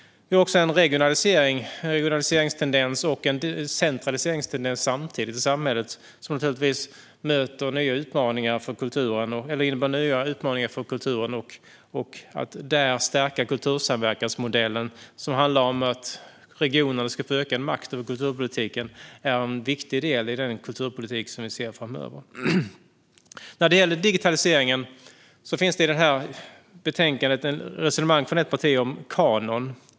Vi ser också samtidigt en regionaliserings och en centraliseringstendens i samhället, som naturligtvis innebär nya utmaningar för kulturen. Där gäller det att stärka kultursamverkansmodellen, som handlar om att regionerna ska få ökad makt över kulturpolitiken - en viktig del i den kulturpolitik vi kommer att se framöver. När det gäller digitaliseringen finns det i betänkandet ett resonemang från ett parti om kanon.